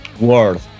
world